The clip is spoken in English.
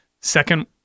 Second